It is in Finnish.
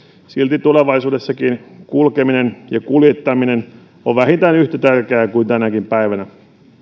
silti tulevaisuudessa kulkeminen ja kuljettaminen on vähintään yhtä tärkeää kuin tänäkin päivänä